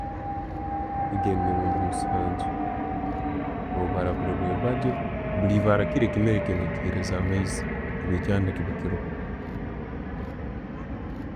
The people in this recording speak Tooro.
Nke mirundi musanju, no'bara buli rwebagyo, buli ebaara kiri ekimera oyina kihereza amaizi kuba ekyanda kiba kiroho.